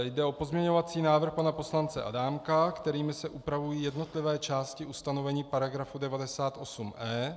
Jde o pozměňovací návrh pana poslance Adámka, kterým se upravují jednotlivé části ustanovení § 98e.